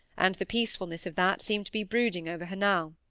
and the peacefulness of that seemed to be brooding over her now.